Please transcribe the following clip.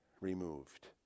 removed